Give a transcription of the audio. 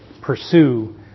pursue